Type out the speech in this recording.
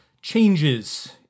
Changes